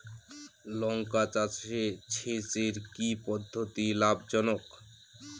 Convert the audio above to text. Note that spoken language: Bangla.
লঙ্কা চাষে সেচের কি পদ্ধতি লাভ জনক?